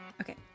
Okay